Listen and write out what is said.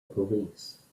police